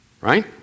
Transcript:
right